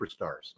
superstars